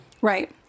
right